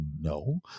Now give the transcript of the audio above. no